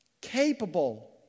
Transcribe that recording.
capable